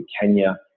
Kenya